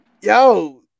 Yo